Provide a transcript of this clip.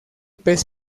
pez